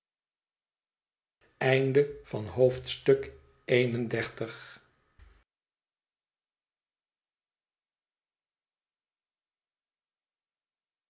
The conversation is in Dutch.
begin van het